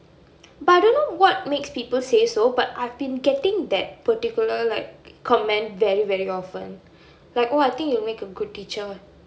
but I don't know what makes people say so but I've been getting that particular like comment very very often like oh I think you'll make a good teacher